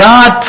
God